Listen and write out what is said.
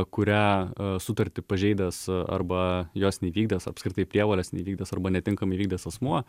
kurią sutartį pažeidęs arba jos neįvykdęs apskritai prievolės neįvykdęs arba netinkamai įvykdęs asmuo